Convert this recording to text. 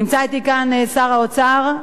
נמצא אתי כאן שר האוצר,